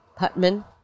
Putman